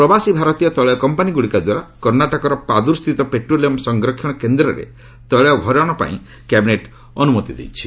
ପ୍ରବାସୀ ଭାରତୀୟ ତେିଳ କମ୍ପାନୀଗୁଡ଼ିକ ଦ୍ୱାରା କର୍ଷ୍ଣାଟକର ପାଦୁର୍ ସ୍ଥିତ ପେଟ୍ରୋଲିୟମ୍ ସଂରକ୍ଷଣ କେନ୍ଦ୍ରରେ ତେିଳ ଭରିବାପାଇଁ କ୍ୟାବିନେଟ୍ ଅନ୍ତମତି ଦେଇଛି